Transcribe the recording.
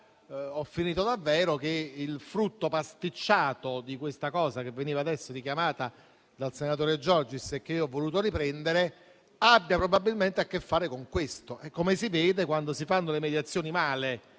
ho finito davvero - che il frutto pasticciato di questo aspetto che è stato richiamato dal senatore Giorgis e che io ho voluto riprendere, abbia probabilmente a che fare con questo. Come si vede, quando si fanno le mediazioni male